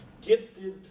gifted